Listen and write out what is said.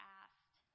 asked